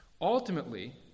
Ultimately